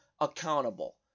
accountable